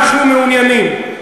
אנחנו מעוניינים.